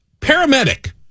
paramedic